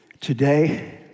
Today